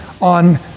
on